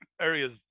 areas